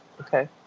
okay